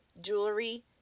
jewelry